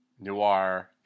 noir